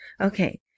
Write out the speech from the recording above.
Okay